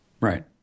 Right